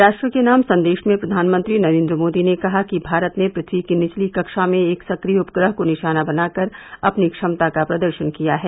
राष्ट्र के नाम संदेश में प्रधानमंत्री नरेंद्र मोदी ने कहा कि भारत ने पृथ्वी की निचली कक्षा में एक सक्रिय उपग्रह को निशाना बनाकर अपनी क्षमता का प्रदर्शन किया है